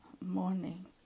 morning